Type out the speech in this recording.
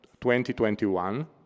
2021